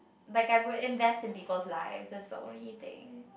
but I would invest in people's life that's the only thing